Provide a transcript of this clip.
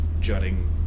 jutting